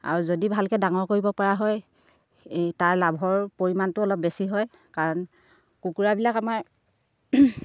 আৰু যদি ভালকৈ ডাঙৰ কৰিব পৰা হয় তাৰ লাভৰ পৰিমাণটো অলপ বেছি হয় কাৰণ কুকুৰাবিলাক আমাৰ